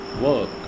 work